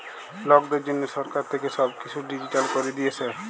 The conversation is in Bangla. লকদের জনহ সরকার থাক্যে সব কিসু ডিজিটাল ক্যরে দিয়েসে